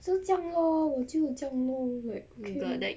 so 这样 lor 我就这样 lor like like okay lor